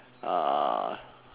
uh